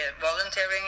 volunteering